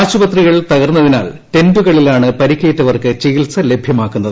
ആശുപത്രികൾ തകർന്നതിനാൽ ടെന്റുകളിലാണ് പരിക്കേറ്റവർക്ക് ചികിത്സ ലഭ്യമാക്കുന്നത്